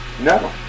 No